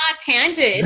tangent